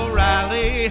rally